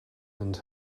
and